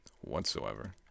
Whatsoever